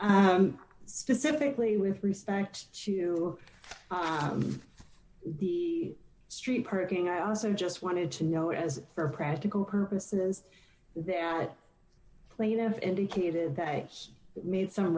else specifically with respect to the street perking i also just wanted to know as for practical purposes that plaintiff indicated that he made some